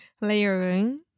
Layering